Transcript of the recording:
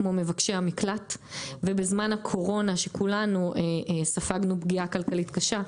כמו מבקשי המקלט ובזמן הקורונה שכולנו ספגנו פגיעה כלכלית קשה,